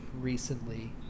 recently